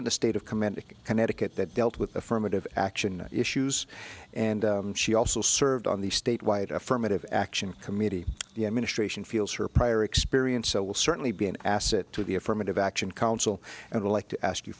in the state of command in connecticut that dealt with affirmative action issues and she also served on the statewide affirmative action committee the administration feels her prior experience will certainly be an asset to the affirmative action council and would like to ask you